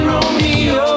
Romeo